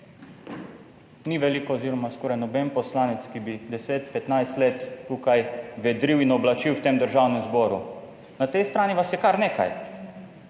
ni veliko, oziroma skoraj noben poslanec, ki bi 10, 15 let tukaj vedril in oblačil v tem Državnem zboru. Na tej strani vas je kar nekaj.